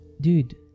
dude